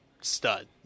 stud